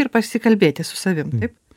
ir pasikalbėti su savim taip